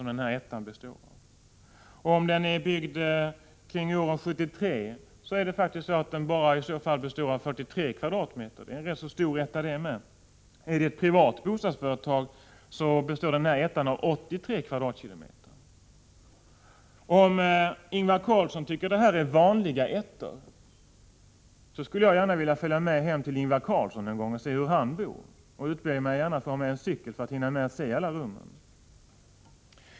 Om den är byggd kring 1973 är den faktiskt bara på 43 kvadratmeter — det är också en rätt så stor etta. Om det gäller ett privat bostadsföretag är den här ettan på 83 kvadratmeter. Ifall Ingvar Carlsson tycker att det här är vanliga ettor skulle jag gärna vilja följa med hem till Ingvar Carlsson någon gång och se hur han bor, och jag ber att få ta med mig en cykel så att jag hinner se alla rum.